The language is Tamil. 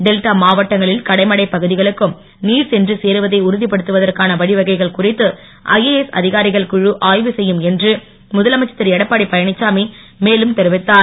டெல்டா மாவட்டங்களில் கடைமடைப் பகுதிகளுக்கும் நீர் சென்று சேருவதை உறுதிப்படுத்துவதற்கான வழி வகைகள் குறித்து ஐஏஎஸ் அதிகாரிகள் குழு ஆய்வு செய்யும் என்று முதலமைச்சர் திரு எடப்பாடி பழனிச்சாமி மேலும் தெரிவித்தார்